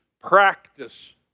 practice